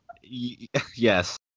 Yes